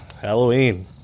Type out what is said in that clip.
Halloween